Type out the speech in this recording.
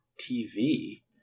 TV